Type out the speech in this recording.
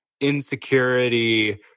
Insecurity